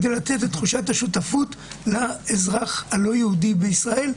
כדי לתת את תחושת השותפות לאזרח הלא-יהודי בישראל.